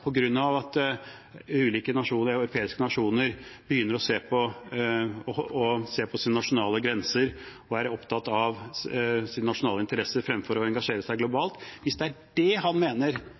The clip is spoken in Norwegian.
at ulike europeiske nasjoner begynner å se på sine nasjonale grenser og er opptatt av sine nasjonale interesser fremfor å engasjere seg globalt – og hvis det er det han